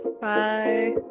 bye